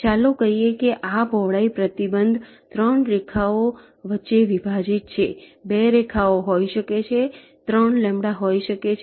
ચાલો કહીએ કે આ પહોળાઈ પ્રતિબંધ 3 રેખાઓ વચ્ચે વિભાજીત છે 2 રેખાઓ હોઈ શકે છે 3 λ હોઈ શકે છે